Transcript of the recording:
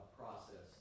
process